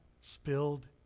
spilled